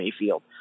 Mayfield